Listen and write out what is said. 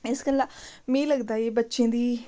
इस गल्ला मिकी लगदा कि बच्चें दी